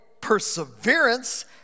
perseverance